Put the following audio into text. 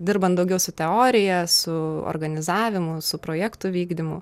dirbant daugiau su teorija su organizavimu su projektų vykdymu